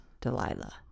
Delilah